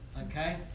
okay